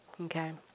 okay